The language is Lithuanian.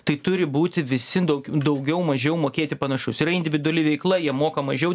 tai turi būti visi daug daugiau mažiau mokėti panašus yra individuali veikla jie moka mažiau